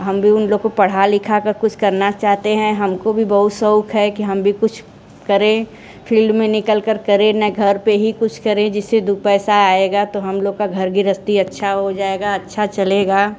हम भी उन लोग को पढ़ा लिखा कर कुछ करना चाहते हैं हमको भी बहुत शौक है कि हम भी कुछ करें फील्ड निकल कर करें ना घर पे ही कुछ करें जिससे दो पैसा आएगा तो हम लोग का घर गृहस्थी अच्छा हो जाएगा अच्छा चलेगा